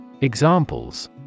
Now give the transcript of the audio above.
Examples